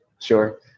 Sure